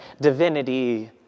divinity